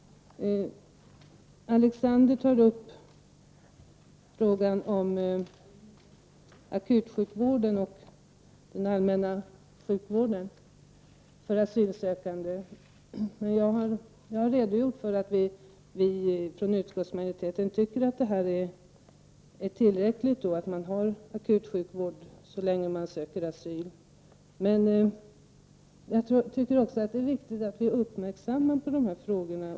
Alexander Chrisopoulos tog upp frågan om akutsjukvården och den allmänna sjukvården för asylsökande. Jag har redogjort för att utskottsmajoriteten anser att denna sjukvård är tillräcklig för dessa människor så länge de är asylsökande. Men det är viktigt att vi är uppmärksamma på dessa frågor.